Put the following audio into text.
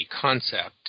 concept